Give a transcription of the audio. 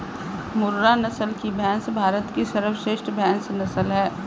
मुर्रा नस्ल की भैंस भारत की सर्वश्रेष्ठ भैंस नस्ल है